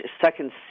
Second